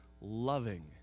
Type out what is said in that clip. Loving